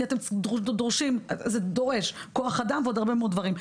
כי זה דורש כוח אדם ועוד הרבה מאוד דברים אחרים.